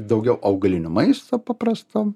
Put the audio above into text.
daugiau augalinio maisto paprasto